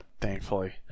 Thankfully